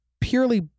purely